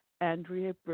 Andrea